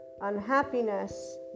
unhappiness